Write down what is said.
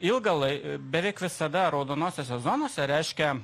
ilgą lai beveik visada raudonosiose zonose reiškia